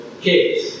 kids